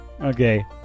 okay